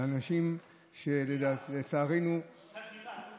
אנשים שלצערנו, תדירה.